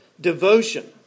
devotion